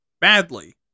Badly